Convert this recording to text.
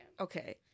Okay